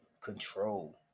control